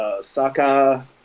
Saka